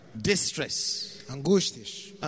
distress